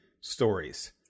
stories